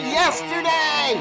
yesterday